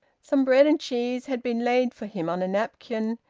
some bread and cheese had been laid for him on a napkin,